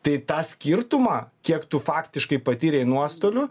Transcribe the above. tai tą skirtumą kiek tu faktiškai patyrei nuostolių